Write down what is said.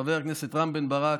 חבר הכנסת רם בן ברק,